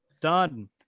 done